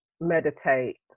meditate